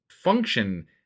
function